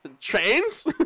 Trains